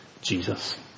Jesus